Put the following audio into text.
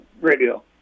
radio